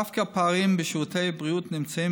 דווקא הפערים בשירותי בריאות נמצאים